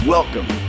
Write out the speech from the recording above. Welcome